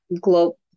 global